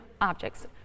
objects